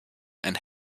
and